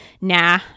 Nah